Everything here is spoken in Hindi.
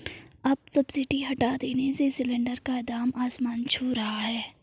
अब सब्सिडी हटा देने से सिलेंडर का दाम आसमान छू रहा है